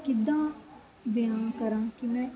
ਕਿੱਦਾਂ ਬਿਆਨ ਕਰਾਂ ਕਿਵੇਂ